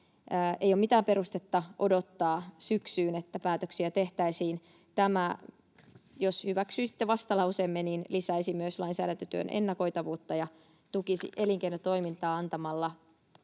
Ei ole mitään perustetta odottaa syksyyn, että päätöksiä tehtäisiin. Jos hyväksyisitte vastalauseemme, se lisäisi myös lainsäädäntötyön ennakoitavuutta ja tukisi elinkeinotoimintaa antamalla